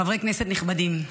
חברי כנסת נכבדים,